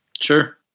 Sure